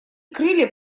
крылья